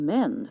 Men